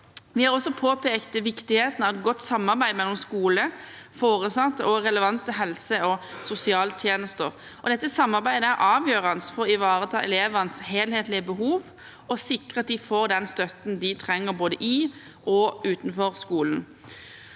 Vi har også påpekt viktigheten av et godt samarbeid mellom skole, foresatte og relevante helse- og sosialtjenester. Dette samarbeidet er avgjørende for å ivareta elevenes helhetlige behov og sikre at de får den støtten de trenger både i og utenfor skolen.